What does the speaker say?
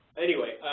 anyway,